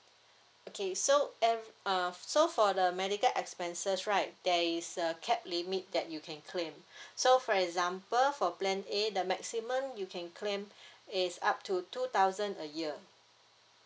okay so e~ uh so for the medical expenses right there is a cap limit that you can claim so for example for plan a the maximum you can claim is up to two thousand a year